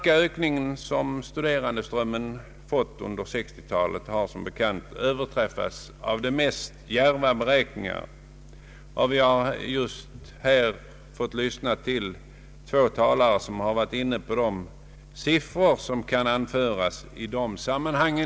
Ökningen av studerandeströmmen under 1960-talet har som bekant överträffat de mest djärva beräkningar. Vi har här fått lyssna till två talare som gett oss vissa siffror i detta sammanhang.